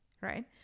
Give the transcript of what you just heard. Right